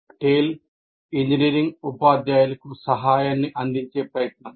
టేల్ engineering ఉపాధ్యాయులకు సహాయాన్ని అందించే ప్రయత్నం